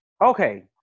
Okay